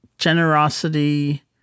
generosity